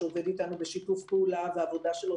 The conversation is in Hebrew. שעובד אתנו בשיתוף פעולה והעבודה שלו